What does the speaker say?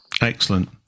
Excellent